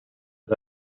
but